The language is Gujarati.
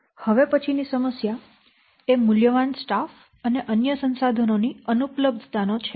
હવે પછીની સમસ્યા એ મૂલ્યવાન સ્ટાફ અને અન્ય સંસાધનો ની અનુપલબ્ધતા નો છે